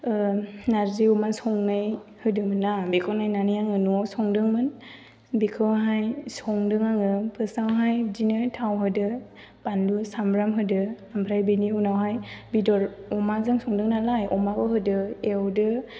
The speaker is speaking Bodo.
नारजि अमा संनाय होदोंमोनना बेखौ नायनानै आङो न'आव संदोंमोन बेखौहाय संदों आङो फार्स्टआवहाय बिदिनो थाव होदो बानलु सामब्राम होदो ओमफ्राय बेनि उनावहाय बेदर अमाजों संदों नालाय अमाखौ होदो एवदो